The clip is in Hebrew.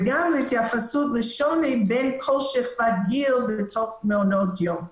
וגם התייחסות לשוני בין כל שכבת גיל בתוך מעונות יום.